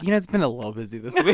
you know, it's been a little busy this